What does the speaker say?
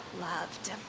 loved